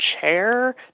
chair